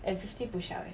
and fifty push up eh